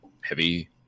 heavy